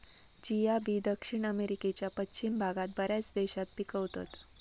chia बी दक्षिण अमेरिकेच्या पश्चिम भागात बऱ्याच देशात पिकवतत